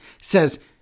says